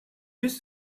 used